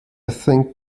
think